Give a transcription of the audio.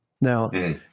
Now